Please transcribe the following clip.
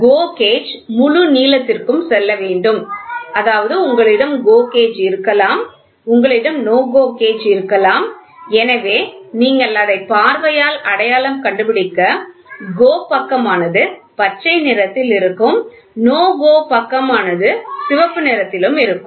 GO gauge முழு நீளத்திற்கு செல்ல வேண்டும் அதாவது உங்களிடம் GO கேஜ் இருக்கலாம் உங்களிடம் NO GO கேஜ் இருக்கலாம் எனவே நீங்கள் அதை பார்வையால் அடையாளம் கண்டுபிடிக்க GO பக்கமானது பச்சை நிறத்தில் இருக்கும் NO GO பக்கமானது சிவப்பு நிறத்திலும் இருக்கும்